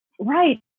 Right